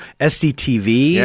SCTV